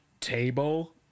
table